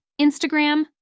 Instagram